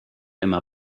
immer